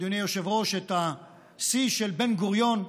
אדוני היושב-ראש, את השיא של בן-גוריון.